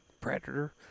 Predator